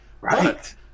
Right